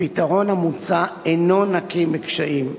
הפתרון המוצע אינו נקי מקשיים.